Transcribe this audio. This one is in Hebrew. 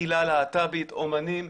הקהילה הלהט"בית, אמנים,